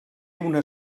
una